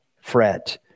fret